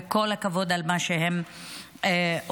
וכל הכבוד על מה שהם עושים.